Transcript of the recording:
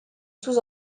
sous